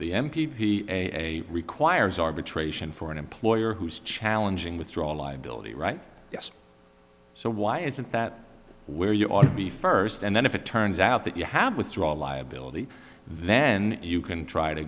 p a requires arbitration for an employer who's challenging withdraw liability right so why isn't that where you ought to be first and then if it turns out that you have withdrawal liability then you can try to